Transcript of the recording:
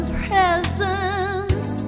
presents